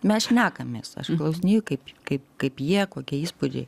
mes šnekamės aš klausinėju kaip kaip kaip jie kokie įspūdžiai